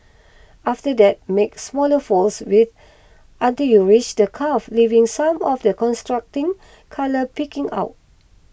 after that make smaller folds wiht until you reach the cuff leaving some of the contrasting colour peeking out